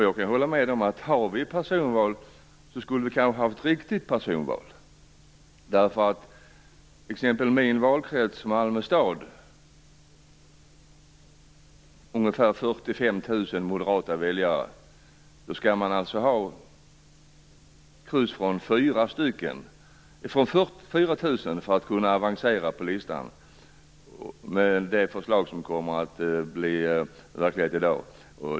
Jag kan hålla med om att det kanske skulle vara ett riktigt personval, om vi nu skall ha ett personval. I min valkrets, Malmö stad, finns ungefär 45 000 moderata väljare. För att man skall kunna avancera på listan skall man ha kryss från 4 000, med det förslag som kommer att bli verklighet i dag.